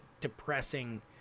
depressing